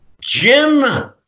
Jim